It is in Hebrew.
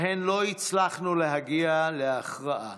שבהן לא הצלחנו להגיע להכרעה,